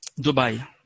Dubai